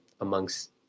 amongst